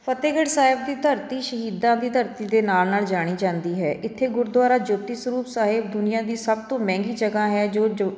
ਫਤਿਹਗੜ੍ਹ ਸਾਹਿਬ ਦੀ ਧਰਤੀ ਸ਼ਹੀਦਾਂ ਦੀ ਧਰਤੀ ਦੇ ਨਾਂ ਨਾਲ ਜਾਣੀ ਜਾਂਦੀ ਹੈ ਇੱਥੇ ਗੁਰਦੁਆਰਾ ਜੋਤੀ ਸਰੂਪ ਸਾਹਿਬ ਦੁਨੀਆਂ ਦੀ ਸਭ ਤੋਂ ਮਹਿੰਗੀ ਜਗ੍ਹਾ ਹੈ ਜੋ ਜੋਤ